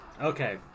Okay